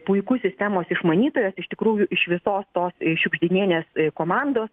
puikus sistemos išmanytojas iš tikrųjų iš visos tos šiugždinienės komandos